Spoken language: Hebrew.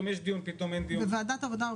בוקר טוב לכולם, אני רוצה לפתוח את הוועדה.